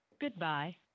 Goodbye